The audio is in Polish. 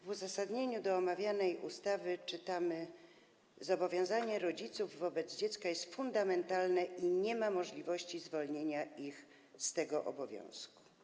W uzasadnieniu do omawianej ustawy czytamy: „Zobowiązanie rodziców wobec dziecka jest fundamentalne i nie ma możliwości zwolnienia ich z tego obowiązku.